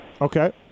Okay